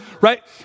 right